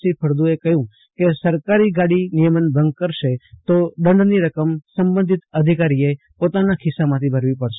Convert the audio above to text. C ફળદુએ કહ્યું કે સરકારી ગાડી નિયમન ભંગ કરશે તો દંડ ની રકમ સબંધિત અધિકારીએ પોતાના ખિસ્સામાંથી ભરવી પડશે